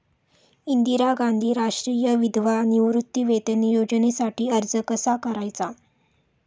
इंदिरा गांधी राष्ट्रीय विधवा निवृत्तीवेतन योजनेसाठी अर्ज कसा करायचा?